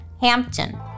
Hampton